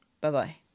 Bye-bye